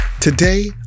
Today